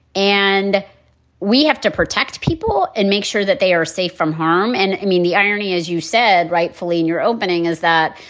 and we have to protect people and make sure that they are safe from harm. and i mean, the irony, as you said, rightfully in your opening, is that,